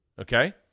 Okay